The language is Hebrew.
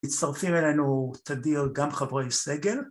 ‫מצטרפים אלינו תדיר גם חברי סגל.